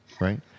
right